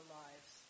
lives